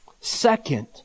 Second